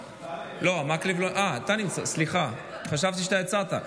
מקלב, סליחה, חשבתי שאתה יצאת.